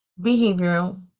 behavioral